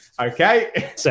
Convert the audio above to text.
okay